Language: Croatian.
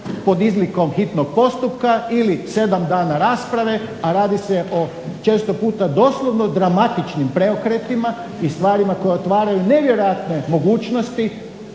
pod izlikom hitnog postupka, ili 7 dana rasprave a radi se o često puta doslovno dramatičnim preokretima i stvarima koje otvaraju nevjerojatne mogućnosti